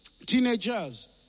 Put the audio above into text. teenagers